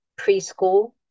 preschool